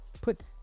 Put